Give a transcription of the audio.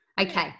Okay